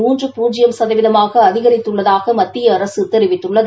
மூன்று பூஜ்ஜியம் சதவீதமாக அதிகரித்துள்ளதாக மத்திய அரசு தெரிவித்துள்ளது